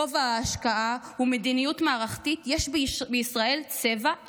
גובה ההשקעה ומדיניות מערכתית יש בישראל צבע,